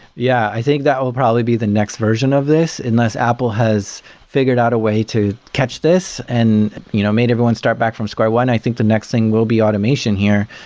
yeah. i think that will probably be the next version of this, unless apple has figured out a way to catch this and you know made everyone start back from square one. i think the next thing will be automation here.